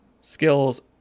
skills